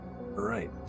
Right